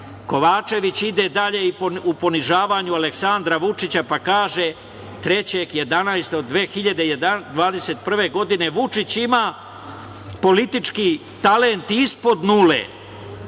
citati. Kovačević ide dalje u ponižavanju Aleksandra Vučića, pa kaže 3.11.2021. godine – Vučić ima politički talent ispod nule,